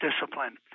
discipline